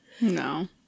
No